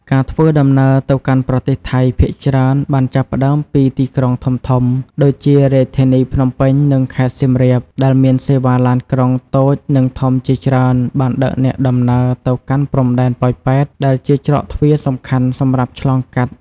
ការធ្វើដំណើរទៅកាន់ប្រទេសថៃភាគច្រើនបានចាប់ផ្តើមពីទីក្រុងធំៗដូចជារាជធានីភ្នំពេញនិងខេត្តសៀមរាប ដែលមានសេវាឡានក្រុងតូចនិងធំជាច្រើនបានដឹកអ្នកដំណើរទៅកាន់ព្រំដែនប៉ោយប៉ែត ដែលជាច្រកទ្វារសំខាន់សម្រាប់ឆ្លងកាត់។